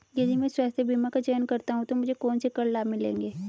यदि मैं स्वास्थ्य बीमा का चयन करता हूँ तो मुझे कौन से कर लाभ मिलेंगे?